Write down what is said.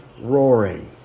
roaring